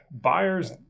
buyers